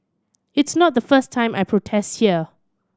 it's not the first time I protest here